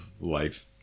life